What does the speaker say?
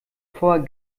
vorher